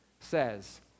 says